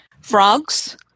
Frogs